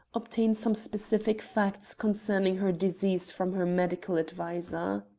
obtain some specific facts concerning her disease from her medical adviser.